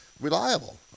reliable